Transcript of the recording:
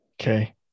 okay